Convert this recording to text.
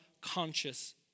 conscious